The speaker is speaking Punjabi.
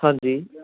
ਹਾਂਜੀ